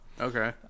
Okay